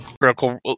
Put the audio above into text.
critical